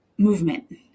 movement